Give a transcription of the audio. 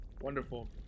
Wonderful